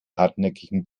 hartnäckigen